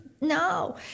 no